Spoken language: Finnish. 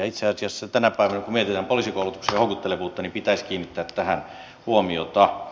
itse asiassa tänä päivänä kun mietitään poliisikoulutuksen houkuttelevuutta pitäisi kiinnittää tähän huomiota